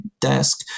desk